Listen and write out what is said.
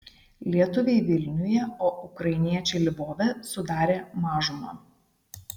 lietuviai vilniuje o ukrainiečiai lvove sudarė mažumą